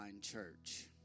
church